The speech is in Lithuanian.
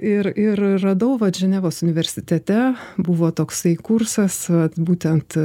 ir ir radau vat ženevos universitete buvo toksai kursas vat būtent